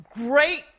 great